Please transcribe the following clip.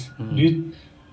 mmhmm